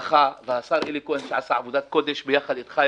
והשר אלי כהן שעשה עבודת קודש יחד אתך,